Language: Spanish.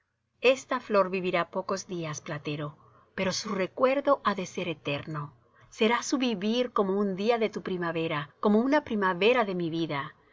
esta flor vivirá pocos días platero pero su recuerdo ha de ser eterno será su vivir como un día de tu primavera como una primavera de mi vida